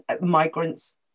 migrants